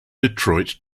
detroit